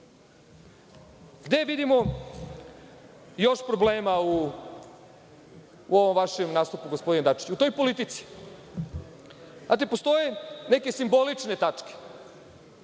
vidimo još problema u ovom vašem nastupu gospodine Dačiću, u toj politici. Znate, postoje neke simbolične tačke